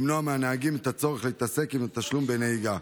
למנוע מהנהגים את הצורך להתעסק עם התשלום בנהיגה,